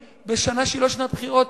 בשנה שהיא לא שנת בחירות,